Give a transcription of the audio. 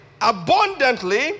abundantly